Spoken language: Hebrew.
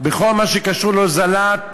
בכל מה שקשור להוזלת